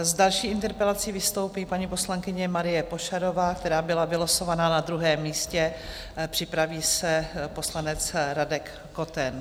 S další interpelací vystoupí paní poslankyně Marie Pošarová, která byla vylosovaná na druhém místě, připraví se poslanec Radek Koten.